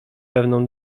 pewną